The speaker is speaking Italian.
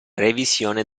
revisione